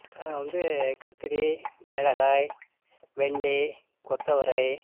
நான் வந்து கத்திரி மிளகாய் வெண்டி கொத்தவரை